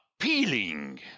appealing